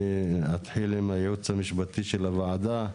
אני אתחיל עם הייעוץ המשפטי של הוועדה.